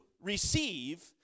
receive